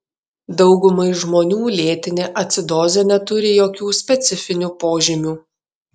daugumai žmonių lėtinė acidozė neturi jokių specifinių požymių